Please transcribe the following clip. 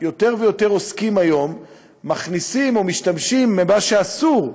יותר ויותר עוסקים היום מכניסים או משתמשים במה שאסור,